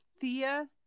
Thea